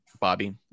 Bobby